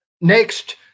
Next